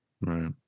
Right